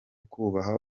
kubaha